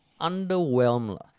underwhelmed